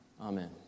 Amen